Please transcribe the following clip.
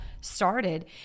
started